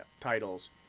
titles